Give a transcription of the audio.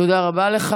תודה רבה לך.